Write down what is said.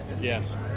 yes